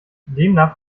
demnach